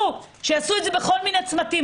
שיעשו את זה בכל מיני צמתים,